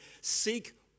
seek